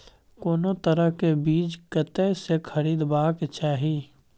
कोनो तरह के बीज कतय स खरीदबाक चाही?